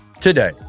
today